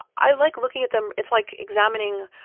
i like looking at them. it's like examining